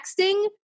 texting